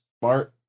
smart